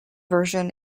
version